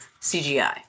cgi